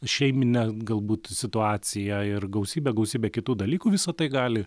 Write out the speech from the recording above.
šeiminę galbūt situaciją ir gausybę gausybę kitų dalykų visa tai gali